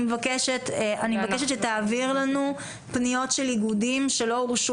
אני מבקשת שתעביר לנו פניות של איגודים שלא הורשו